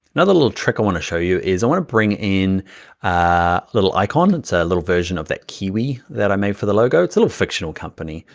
another little trick i wanna show you is i wanna bring in a little icon, it's a little version of that kiwi that i made for the logo. it's a little fictional company.